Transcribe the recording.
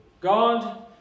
God